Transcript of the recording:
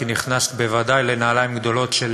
כי נכנסת בוודאי לנעליים גדולות,